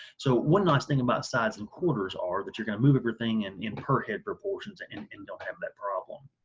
so one nice thing about sides and quarters are that you're going to move everything and in her head proportions and and don't have that problem.